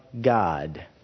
God